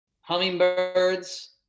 hummingbirds